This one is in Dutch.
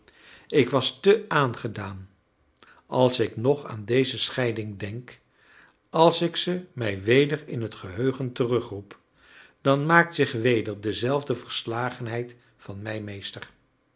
ik was te aangedaan als ik nog aan deze scheiding denk als ik ze mij weder in het geheugen terugroep dan maakt zich weder dezelfde verslagenheid van mij meester